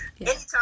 Anytime